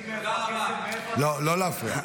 --- לא להפריע.